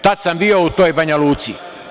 Tada sam bio u toj Banja Luci.